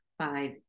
Five